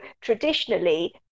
traditionally